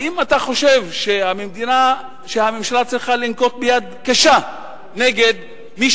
האם אתה חושב שהממשלה צריכה לנקוט יד קשה נגד מי